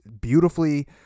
beautifully